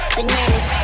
Bananas